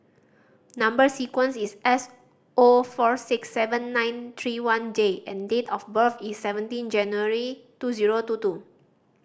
number sequence is S O four six seven nine three one J and date of birth is seventeen January two zero two two